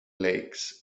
lakes